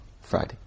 Friday